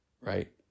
Right